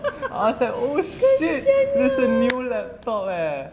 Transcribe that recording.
I was like oh shit it's a new laptop eh